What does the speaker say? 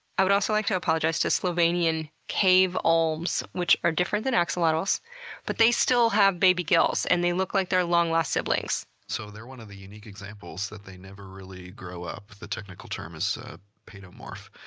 i would also like to apologize to slovanian cave olms, which are different than axolotls but still have baby gills and they look like they're long-lost siblings. so they're one of the unique examples that they never really grow up. the technical term is paedomorph,